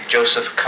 Joseph